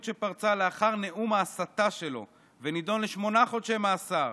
שפרצה לאחר נאום ההסתה שלו ונידון לשמונה חודשי מאסר.